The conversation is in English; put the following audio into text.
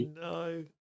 no